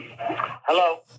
Hello